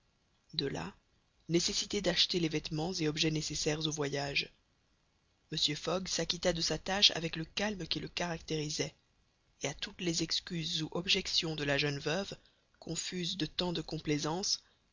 de là nécessité d'acheter les vêtements et objets nécessaires au voyage mr fogg s'acquitta de sa tâche avec le calme qui le caractérisait et à toutes les excuses ou objections de la jeune veuve confuse de tant de complaisance